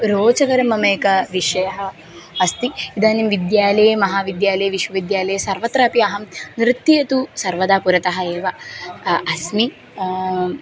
रोचकरम् मम एकः विषयः अस्ति इदानीं विद्यालये महाविद्यालये विश्वविद्यालये सर्वत्रापि अहं नृत्ये तु सर्वदा पुरतः एव अस्मि